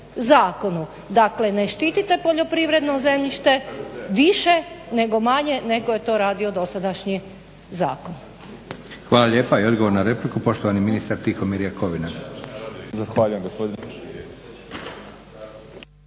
zakonu. Dakle ne štitite poljoprivredno zemljište više nego manje nego je to radio dosadašnji zakon. **Leko, Josip (SDP)** Hvala lijepa. I odgovor na repliku, poštovani ministar Tihomir Jakovina.